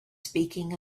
speaking